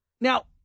Now